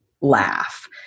laugh